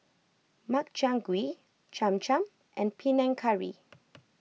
Makchang Gui Cham Cham and Panang Curry